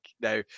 Now